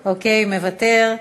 אוקיי, מוותר.